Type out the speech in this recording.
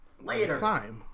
Later